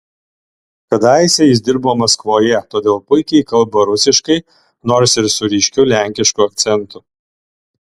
kadaise jis dirbo maskvoje todėl puikiai kalba rusiškai nors ir su ryškiu lenkišku akcentu